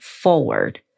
forward